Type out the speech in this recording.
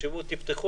תפתחו